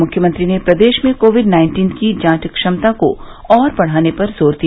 मुख्यमंत्री ने प्रदेश में कोविड नाइन्टीन की जांच क्षमता को और बढ़ाने पर जोर दिया